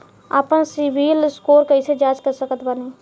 आपन CIBIL score कैसे जांच सकत बानी?